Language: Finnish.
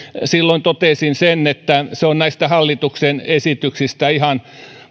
silloin totesin sen että se on näistä hallituksen esityksistä ihan